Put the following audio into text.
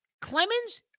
Clemens